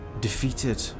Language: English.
defeated